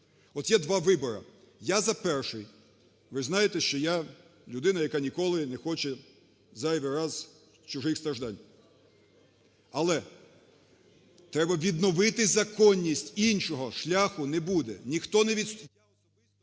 От є два вибори. Я – за перший. Ви ж знаєте, що я – людина яка ніколи не хоче зайвий раз чужих страждань, але треба відновити законність, іншого шляху не буде.